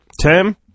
Tim